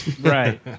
Right